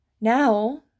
Now